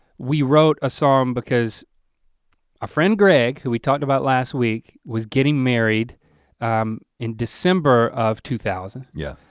we wrote a song because a friend greg, who we talked about last week was getting married in december of two thousand. yeah.